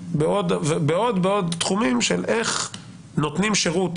בעוד ועוד תחומים של איך נותנים שירות,